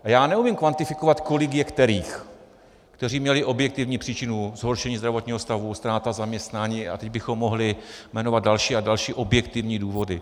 Já neumím kvantifikovat, kolik je kterých, kteří měli objektivní příčinu, zhoršení zdravotního stavu, ztráta zaměstnání, a mohli bychom jmenovat další a další objektivní důvody.